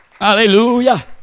Hallelujah